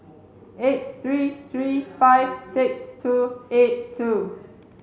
eight three three five six two eight two